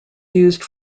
used